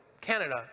Canada